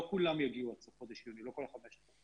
לא כולם יגיעו עד סוף חודש יוני, לא כול ה-5,500.